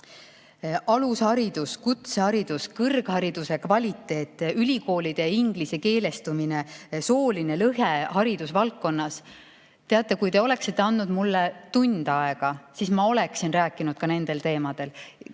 Alusharidus, kutseharidus, kõrghariduse kvaliteet, ülikoolide ingliskeelestumine, sooline lõhe haridusvaldkonnas – teate, kui te oleksite andnud mulle tund aega, siis ma oleksin rääkinud ka nendel teemadel.